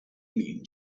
mean